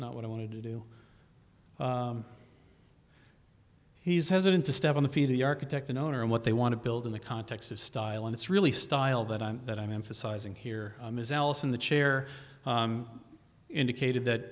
not what i wanted to do he's hesitant to step on the p t architect and owner and what they want to build in the context of style and it's really style that i'm that i'm emphasizing here is alice in the chair indicated that